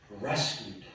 rescued